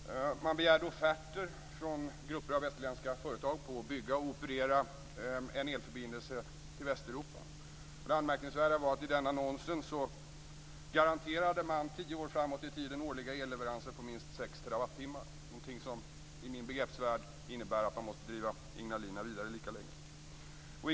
Man begärde offerter från grupper av västerländska företag på att bygga och operera en elförbindelse till Västeuropa. Det anmärkningsvärda var att man i annonsen tio år framåt i tiden garanterade årliga elleveranser på minst 6 TWh, något som i min begreppsvärld innebär att man måste driva Ignalina vidare lika länge.